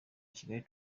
kigali